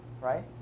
right